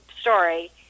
story